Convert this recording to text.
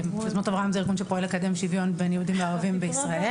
יוזמות אברהם זה ארגון שפועל לקדם שוויון בין יהודים לערבים בישראל.